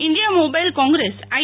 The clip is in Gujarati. India mobile congress I